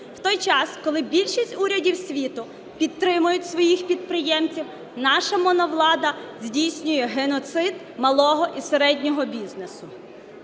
В той час, коли більшість урядів світу підтримують своїх підприємців, наша моновлада здійснює геноцид малого і середнього бізнесу.